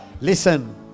Listen